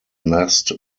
nest